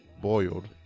boiled